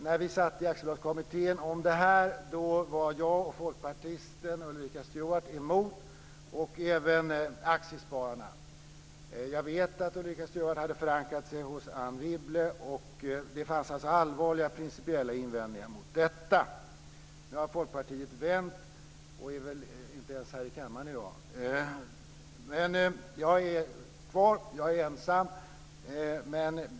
När vi behandlade detta i Aktiebolagskommittén var jag och folkpartisten Ulrika Stuart emot, och även Aktiespararna. Jag vet att Ulrika Stuart hade förankrat sig hos Anne Wibble. Det fanns alltså allvarliga principiella invändningar mot detta. Nu har Folkpartiet vänt och är inte ens här i kammaren i dag. Men jag är kvar, och jag är ensam.